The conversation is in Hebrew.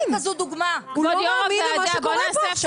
כבוד יו"ר הוועדה, בוא נעשה הפסקה.